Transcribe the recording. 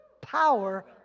power